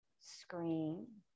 screen